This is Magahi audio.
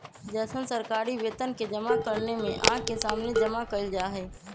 जैसन सरकारी वेतन के जमा करने में आँख के सामने जमा कइल जाहई